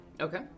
Okay